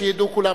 שידעו כולם,